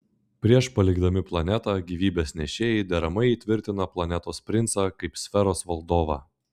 prieš palikdami planetą gyvybės nešėjai deramai įtvirtina planetos princą kaip sferos valdovą